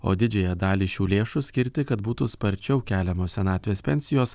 o didžiąją dalį šių lėšų skirti kad būtų sparčiau keliamos senatvės pensijos